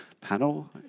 panel